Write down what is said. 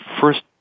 first